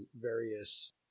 various